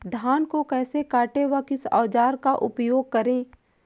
धान को कैसे काटे व किस औजार का उपयोग करें?